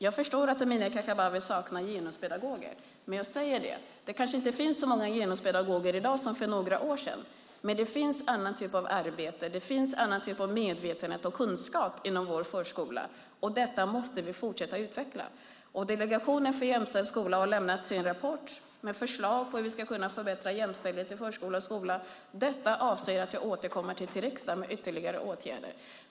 Jag förstår att Amineh Kakabaveh saknar genuspedagoger. Det finns kanske inte så många genuspedagoger i dag som för några år sedan. Men det finns nu en annan typ av arbete. Det finns en annan typ av medvetenhet och kunskap inom vår förskola. Detta måste vi fortsätta att utveckla. Delegationen för jämställdhet i skolan har avlämnat sin rapport med förslag om hur vi kan förbättra jämställdheten i förskola och skola. Jag avser att återkomma till riksdagen när det gäller ytterligare åtgärder.